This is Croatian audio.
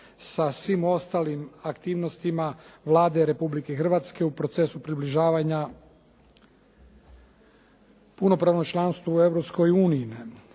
sa svim ostalim aktivnostima Vlade Republike Hrvatske u procesu približavanja punopravnom članstvu u